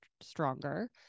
stronger